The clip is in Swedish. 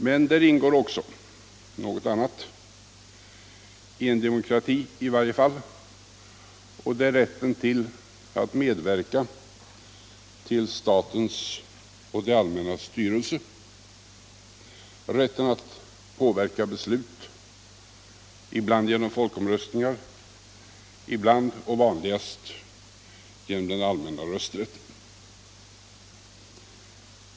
Men där ingår också någonting annat, i varje fall i en demokrati, nämligen rätten att medverka till statens och det allmännas styrelse, rätten att påverka beslut — ibland genom folkomröstningar, ibland och vanligast genom den allmänna rösträtten.